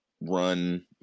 run